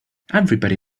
everybody